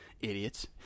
idiots